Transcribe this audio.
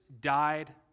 died